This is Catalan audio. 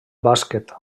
bàsquet